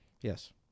yes